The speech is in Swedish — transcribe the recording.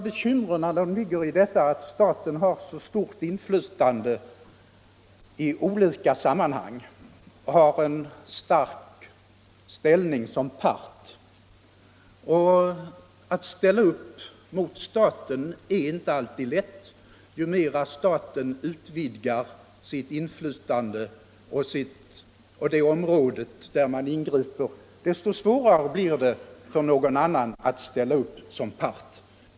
Bekymren ligger däri att staten har ett så stort inflytande i olika sammanhang och har en så stark ställning som part. Att ställa upp mot staten är inte alltid lätt. Ju mera staten utvidgar sitt inflytande på de områden där den ingriper, desto svårare blir det för någon annan att ställa upp som part.